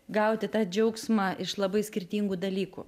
gauti tą džiaugsmą iš labai skirtingų dalykų